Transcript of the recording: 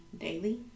daily